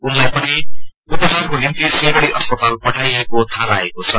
उनलाई पनि उपचारको निम्ति सिलगढ़ी अस्पताल पठाइएको थाहा लागेको छ